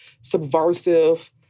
subversive